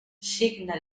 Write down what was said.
signa